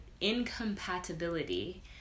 incompatibility